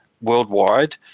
worldwide